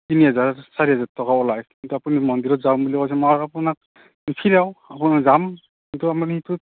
তিনি হেজাৰ চাৰি হেজাৰ টকা ওলায় কিন্তু আপুনি মন্দিৰত যাম বুলি কৈছে মই আৰু আপোনাক যাম কিন্তু